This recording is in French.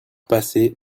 passée